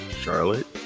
Charlotte